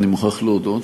אני מוכרח להודות.